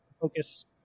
focus